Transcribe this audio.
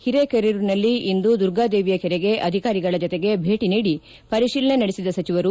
ಹಿರೇಕೆರೂರನಲ್ಲಿ ಇಂದು ದುರ್ಗಾ ದೇವಿಯ ಕೆರೆಗೆ ಅಧಿಕಾರಿಗಳ ಜತೆಗೆ ಭೇಟಿ ನೀಡಿ ಪರಿಶೀಲನೆ ನಡೆಸಿದ ಸಚಿವರು